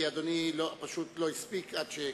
כי אדוני פשוט לא הספיק עד שקראתי,